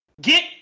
get